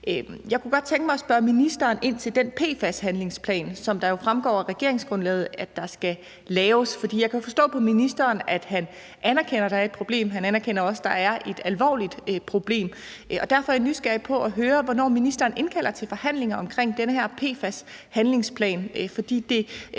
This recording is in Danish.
Jeg kunne godt tænke mig at spørge ministeren ind til den PFAS-handlingsplan, som det jo fremgår af regeringsgrundlaget at der skal laves. For jeg kan jo forstå på ministeren, at han anerkender, at der er et problem. Han anerkender også, at der er et alvorligt problem, og derfor er jeg nysgerrig efter at høre, hvornår ministeren indkalder til forhandlinger omkring den her PFAS-handlingsplan. For det